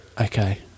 Okay